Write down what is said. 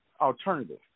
alternative